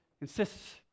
insists